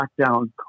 lockdown